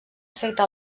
efecte